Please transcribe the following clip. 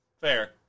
fair